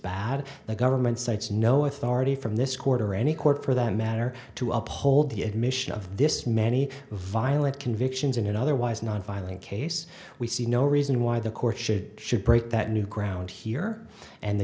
bad the government cites no authority from this quarter or any court for that matter to uphold the admission of this many violent convictions in an otherwise nonviolent case we see no reason why the court should should break that new ground here and the